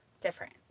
different